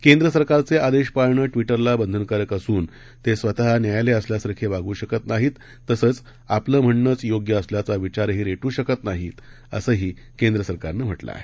केंद्रसरकारचेआदेशपाळणंट्विटरलाबंधनकारकअसून तेस्वतःन्यायालयअसल्यासारखेवागूशकतनाहीत तसंचआपलंम्हणणंचयोग्यअसल्याचाविचारहीरेटूशकतनाहीत असंहीकेंद्रसरकारनंम्हटलंआहे